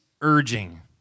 urging